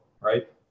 right